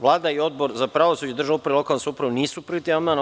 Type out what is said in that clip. Vlada i Odbor za pravosuđe, državnu upravu i lokalnu samoupravu nisu prihvatili ovaj amandman.